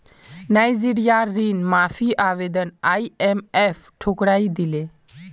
नाइजीरियार ऋण माफी आवेदन आईएमएफ ठुकरइ दिले